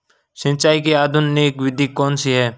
सिंचाई की आधुनिक विधि कौनसी हैं?